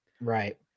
Right